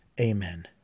Amen